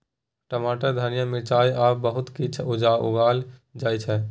टमाटर, धनिया, मिरचाई आ बहुतो किछ उगाएल जाइ छै